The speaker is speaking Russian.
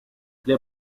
для